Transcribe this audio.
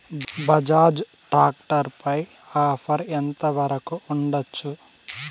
Bajaj tractor పై offer ఎంత వరకు ఉండచ్చు?